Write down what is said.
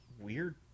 weird